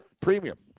Premium